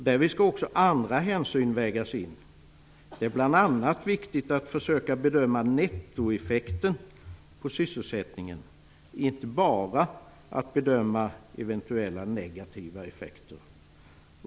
Därvid skall också andra hänsyn vägas in. Det är bl.a. viktigt att försöka bedöma nettoeffekten på sysselsättningen och inte bara bedöma eventuella negativa effekter.